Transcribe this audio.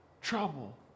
trouble